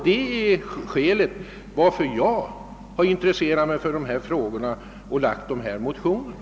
Det är skälet till att jag har intresserat mig för de här frågorna och väckt de motioner som nu behandlas.